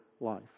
life